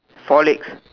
four legs